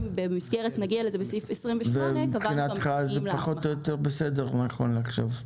נגיע לזה בסעיף 28. מבחינתך זה פחות או יותר בסדר נכון לעכשיו.